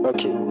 Okay